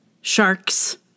Sharks